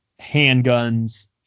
handguns